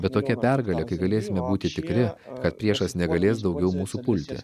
bet tokia pergalė kai galėsime būti tikri kad priešas negalės daugiau mūsų pulti